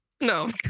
No